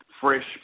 fresh